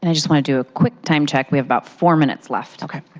and just want to do a quick time check. we have about four minutes left. okay.